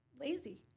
lazy